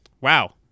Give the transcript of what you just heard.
wow